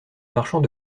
marchands